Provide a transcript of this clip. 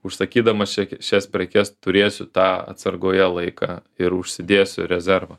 užsakydamas šia šias prekes turėsiu tą atsargoje laiką ir užsidėsiu rezervą